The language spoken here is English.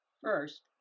First